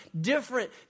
different